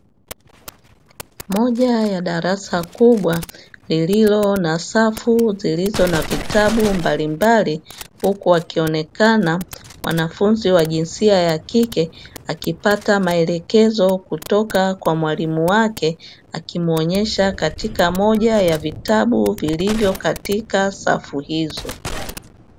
Moja ya darasa kubwa lililo na safu zilizo na vitabu mbaimbali, huku wakionekana mwanafunzi wa jinsia ya kike, akipata maelekezo kutoka kwa mwalimu wake, akimuonyesha katika moja ya vitabu vilivyo katika safu hizo.